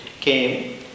came